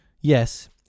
Yes